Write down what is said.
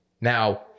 Now